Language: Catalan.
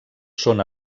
són